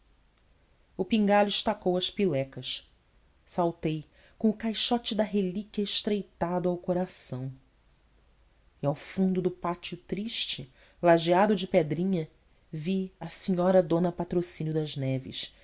o pingalho estacou as pilecas saltei com o caixote da relíquia estreitado ao coração e ao fundo do pátio triste lajeado de pedrinha vi a senhora dona patrocínio das neves